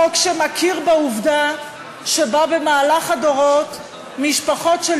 חוק שמכיר בעובדה שבמהלך הדורות משפחות של